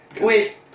Wait